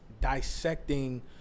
dissecting